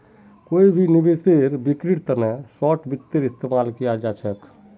कोई भी निवेशेर बिक्रीर तना शार्ट वित्तेर इस्तेमाल कियाल जा छेक